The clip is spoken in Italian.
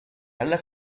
alla